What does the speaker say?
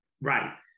Right